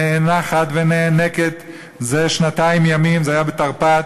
נאנחת ונאנקת זה שנתיים ימים" זה היה בתרפ"ט,